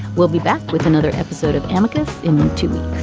we'll be back with another episode of amicus in two weeks